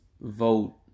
vote